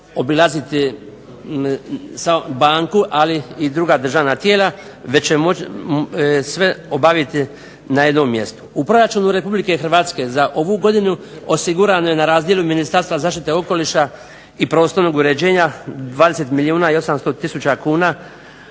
obilaziti banku, ali i druga državna tijela već će moći sve obaviti na jednom mjestu. U proračunu Republike Hrvatske za ovu godinu osigurano je na razdjelu Ministarstva zaštite okoliša i prostornog uređenja 20 milijuna i 800000 kuna,